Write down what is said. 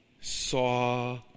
saw